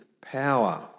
power